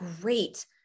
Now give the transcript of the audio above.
great